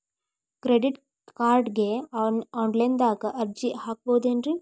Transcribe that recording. Credit ಕಾರ್ಡ್ಗೆ online ದಾಗ ಅರ್ಜಿ ಹಾಕ್ಬಹುದೇನ್ರಿ?